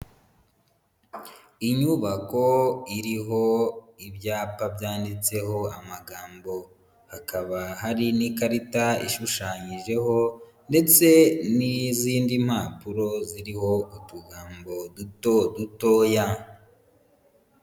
Inyubako iriho ibyapa byanditseho amagambo. Hakaba hari n'ikarita ishushanyijeho ndetse n'izindi mpapuro ziriho utugambo duto dutoya.